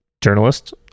journalist